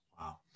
Wow